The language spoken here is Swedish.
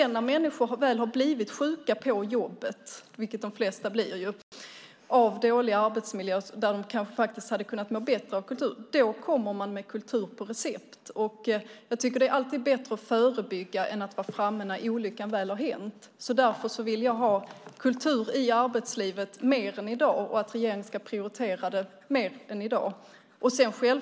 När människor väl har blivit sjuka på jobbet, vilket de flesta blir, av dålig arbetsmiljö och hade kunnat må bättre av kultur kommer man med kultur på recept. Jag tycker att det alltid är bättre att förebygga än att vara framme när olyckan väl har hänt. Därför vill jag ha mer kultur i arbetslivet än i dag och vill att regeringen ska prioritera det mer än i dag.